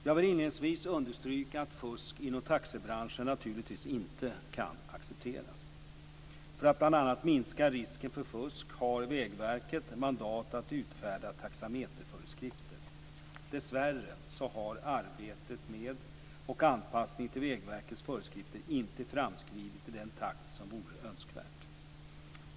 Jag vill inledningsvis understryka att fusk inom taxibranschen naturligtvis inte kan accepteras. För att bl.a. minska risken för fusk har Vägverket mandat att utfärda taxameterföreskrifter. Dessvärre har arbetet med och anpassningen till Vägverkets föreskrifter inte framskridit i den takt som vore önskvärt.